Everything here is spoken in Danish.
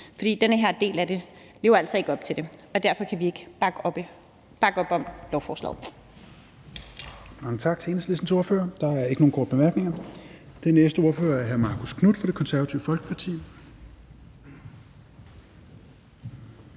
For den her del af det lever altså ikke op til det, og derfor kan vi ikke bakke op om lovforslaget.